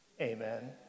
Amen